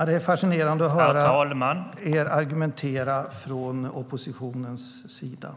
STYLEREF Kantrubrik \* MERGEFORMAT Hälsovård, sjukvård och social omsorg(ANDRE VICE TALMANNEN: Herr talman!